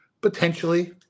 Potentially